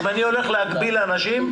אם אני הולך להגביל אנשים,